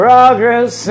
Progress